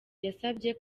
yasabye